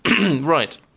Right